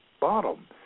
bottom